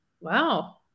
Wow